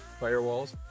firewalls